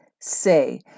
say